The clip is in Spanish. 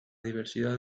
diversidad